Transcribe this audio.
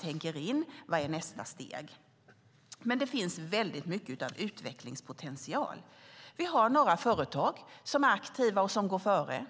tänka vidare på nästa steg. Det finns mycket utvecklingspotential. Några företag är aktiva och går före.